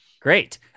Great